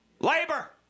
Labor